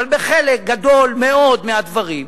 אבל בחלק גדול מאוד מהדברים,